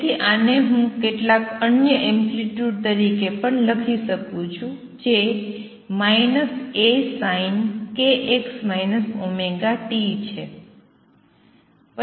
તેથી આને હું કેટલાક અન્ય એમ્પ્લિટ્યુડ તરીકે પણ લખી શકું છું જે A sin kx ωt છે